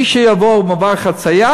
מי שיעבור במעבר חציה,